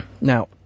now